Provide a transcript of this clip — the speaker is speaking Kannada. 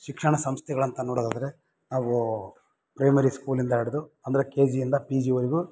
ಶಿಕ್ಷಣ ಸಂಸ್ಥೆಗಳಂತ ನೋಡೋದಾದರೆ ನಾವು ಪ್ರೈಮರಿ ಸ್ಕೂಲಿಂದ ಹಿಡ್ದು ಅಂದರೆ ಕೆ ಜಿಯಿಂದ ಪಿ ಜಿವರೆಗೂ